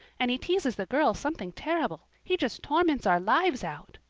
and he teases the girls something terrible. he just torments our lives out.